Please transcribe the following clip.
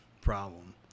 problem